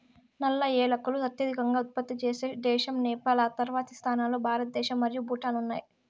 నల్ల ఏలకులు అత్యధికంగా ఉత్పత్తి చేసే దేశం నేపాల్, ఆ తర్వాతి స్థానాల్లో భారతదేశం మరియు భూటాన్ ఉన్నాయి